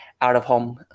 out-of-home